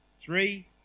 Three